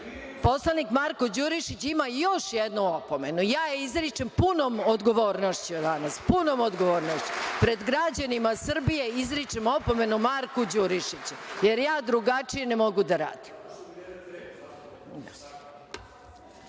bilo.)Poslanik Marko Đurišić ima još jednu opomenu, ja je izričem s punom odgovornošću danas. Pred građanima Srbije izričem opomenu Marku Đurišiću, jer ja drugačije ne mogu da radim.(Marko